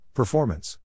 Performance